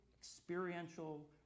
experiential